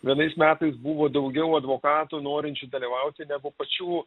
vienais metais buvo daugiau advokatų norinčių dalyvauti negu pačių